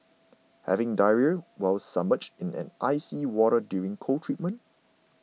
having diarrhoea while submerged in icy water during cold treatment